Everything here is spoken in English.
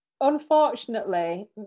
unfortunately